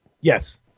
Yes